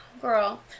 girl